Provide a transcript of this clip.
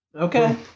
Okay